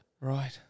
Right